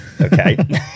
Okay